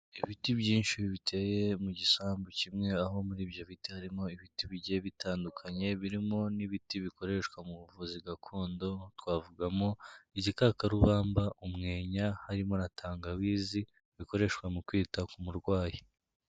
Ibiti byinshi biteye mu gisambu kimwe, aho muri ibyo biti harimo ibiti bigiye bitandukanye birimo n'ibiti bikoreshwa mu buvuzi gakondo, twavugamo: igikakarubamba, umwenya, harimo na tangawizi bikoreshwa mu kwita ku murwayi.